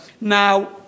now